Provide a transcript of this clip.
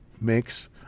makes